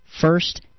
first